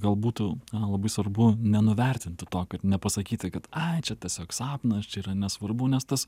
gal būtų labai svarbu nenuvertinti to kad nepasakyti kad ai čia tiesiog sapnas čia yra nesvarbu nes tas